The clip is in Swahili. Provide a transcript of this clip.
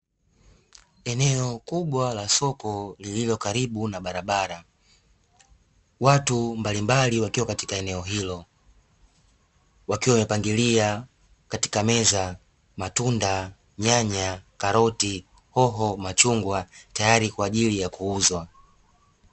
Eneo kubwa la soko lililo karibu na barabara, watu mbalimbali wakiwa katika eneo hilo, wakiwa wamepangilia katika meza matunda, nyanya, karoti, hoho, machungwa tayari kwajili ya kuuzwa.